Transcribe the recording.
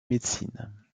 médecine